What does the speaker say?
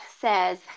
says